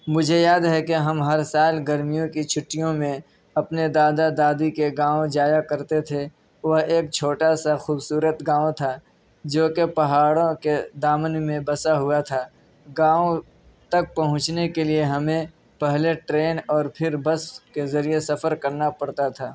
مجھے یاد ہے کہ ہم ہر سال گرمیوں کی چھٹیوں میں اپنے دادا دادی کے گاؤں جایا کرتے تھے وہ ایک چھوٹا سا خوبصورت گاؤں تھا جوکہ پہاڑوں کے دامن میں بسا ہوا تھا گاؤں تک پہنچنے کے لیے ہمیں پہلے ٹرین اور پھر بس کے ذریعے سفر کرنا پرتا تھا